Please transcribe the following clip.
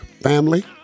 family